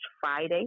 Friday